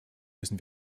müssen